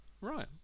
Right